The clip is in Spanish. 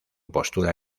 postura